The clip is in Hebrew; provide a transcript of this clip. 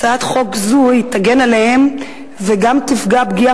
הצעת חוק זו תגן עליהם וגם תמנע פגיעה